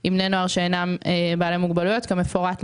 עם בני נוער שאינם בעלי מוגבלויות, כמפורט להלן.